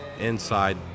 inside